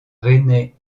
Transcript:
rennais